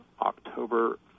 october